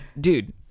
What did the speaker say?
Dude